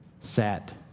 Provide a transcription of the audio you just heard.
sat